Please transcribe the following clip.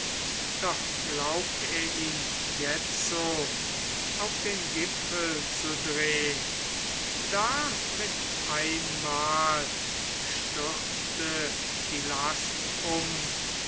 doch glaubt er ihn jetzo auf den gipfel zu drehn da mit einmal stürzte die last um